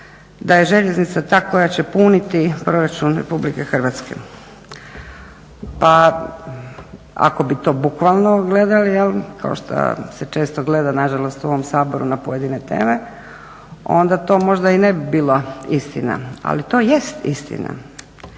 da je željeznica ta koja će puniti proračun Republike Hrvatske. Pa ako bi to bukvalno gledali kao što se često gleda nažalost u ovom Saboru na pojedine teme onda to možda i ne bi bila istina, ali to jest istina.